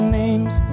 names